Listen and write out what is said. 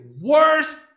worst